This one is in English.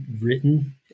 written